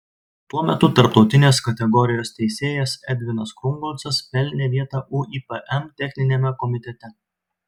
tuo metu tarptautinės kategorijos teisėjas edvinas krungolcas pelnė vietą uipm techniniame komitete